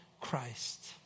Christ